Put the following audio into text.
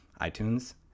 itunes